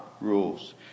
rules